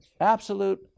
Absolute